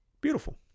Beautiful